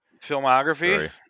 filmography